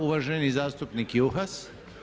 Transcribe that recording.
Uvaženi zastupnik Juhas.